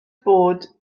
bod